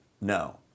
no